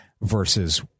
versus